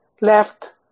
left